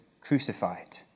crucified